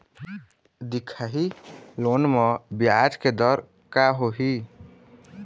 दिखाही लोन म ब्याज के दर का होही?